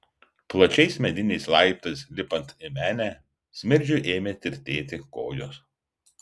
plačiais mediniais laiptais lipant į menę smirdžiui ėmė tirtėti kojos